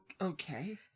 okay